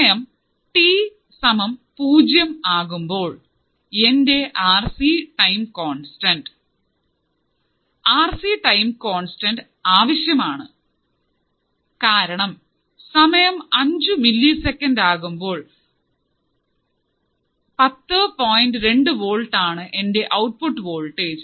സമയം ടി സമം 0 ആകുമ്പോൾ എന്താണ് എൻറെ R C time constant R C time constant ആവശ്യം ആണ് കാരണം സമയം അഞ്ചു മില്ലി സെക്കന്റ് ആകുമ്പോൾ പത്തു പോയിന്റ് രണ്ടു വോൾട് ആണ് എന്റെ ഔട്ട്പുട്ട് വോൾടേജ്